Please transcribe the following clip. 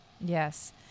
Yes